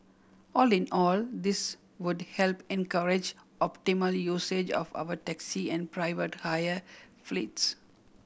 all in all this would help encourage optimal usage of our taxi and private hire fleets